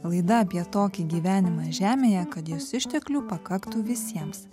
laida apie tokį gyvenimą žemėje kad jos išteklių pakaktų visiems